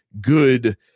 good